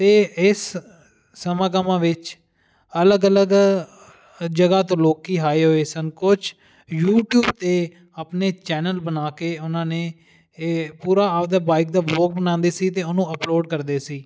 ਅਤੇ ਇਸ ਸਮਾਗਮਾਂ ਵਿੱਚ ਅਲੱਗ ਅਲੱਗ ਜਗ੍ਹਾ ਤੋਂ ਲੋਕ ਆਏ ਹੋਏ ਸਨ ਕੁਝ ਯੂਟੀਊਬ 'ਤੇ ਆਪਣੇ ਚੈਨਲ ਬਣਾ ਕੇ ਉਹਨਾਂ ਨੇ ਇਹ ਪੂਰਾ ਆਪਦਾ ਬਾਈਕ ਦਾ ਵਲੋਗ ਬਣਾਉਂਦੇ ਸੀ ਅਤੇ ਉਹਨੂੰ ਅਪਲੋਡ ਕਰਦੇ ਸੀ